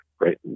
right